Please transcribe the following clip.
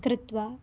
कृत्वा